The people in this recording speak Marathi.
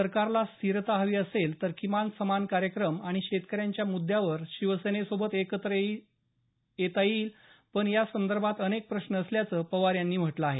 सरकारला स्थिरता हवी असेल तर किमान समान कार्यक्रम शेतकऱ्यांच्या मुद्दावर शिवसेनेसोबत एकत्र येता येईल पण त्या संदर्भात अऩेक प्रश्न असल्याचं पवार यांनी म्हटलं आहे